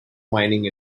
mining